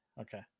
Okay